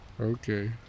Okay